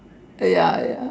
ya ya